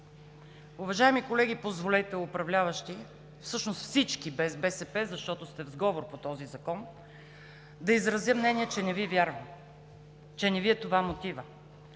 Уважаеми колеги управляващи, всъщност всички без БСП, защото сте в сговор по този закон, ще изразя мнение, че не Ви вярвам и че не това Ви е мотивът.